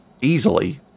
easily